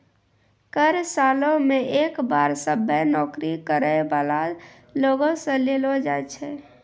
कर सालो मे एक बार सभ्भे नौकरी करै बाला लोगो से लेलो जाय छै